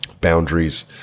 boundaries